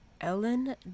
ellen